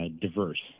diverse